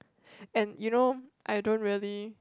and you know I don't really